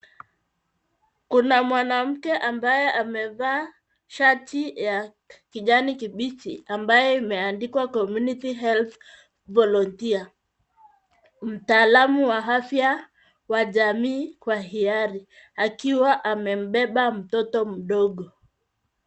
Kuna mwanamke ambaye amevaa shati ya kijani kibichi ambayo imendikwa Community Health volunteer , mtaalamu wa afya wa jamii kwa hiari akiwa amembeba mtoto mdogo.